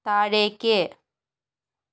താഴേക്ക്